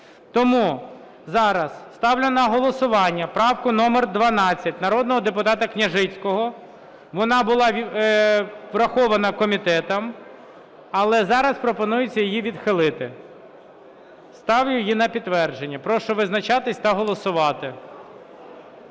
Тому зараз ставлю на голосування правку номер 12 народного депутата Княжицького. Вона була врахована комітетом, але зараз пропонується її відхилити. Ставлю її на підтвердження. Прошу визначатись та голосувати.